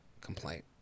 complaint